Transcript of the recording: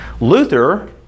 Luther